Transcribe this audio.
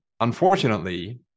Unfortunately